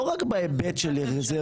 לא רק בהיבט של רזרבות.